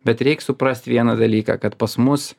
bet reik suprast vieną dalyką kad pas mus